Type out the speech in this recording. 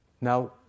Now